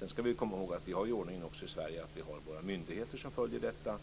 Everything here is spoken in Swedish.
Vi ska komma ihåg att vi i Sverige har ordningen att vi har våra myndigheter som följer detta.